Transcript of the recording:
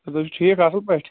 تُہۍ چھُو ٹھیٖک اَصٕل پٲٹھۍ